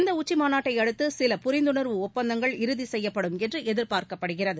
இந்த உச்சிமாநாட்டை அடுத்து சில புரிந்துணா்வு ஒப்பந்தங்கள் இறுதி செய்யப்படும் என்று எதி்பார்க்கப்படுகிறது